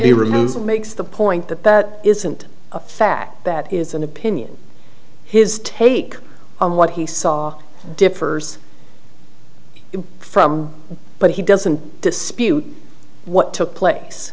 be removed makes the point that that isn't a fact that is an opinion his take on what he saw differs from but he doesn't dispute what took